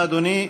אדוני.